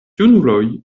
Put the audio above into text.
junuloj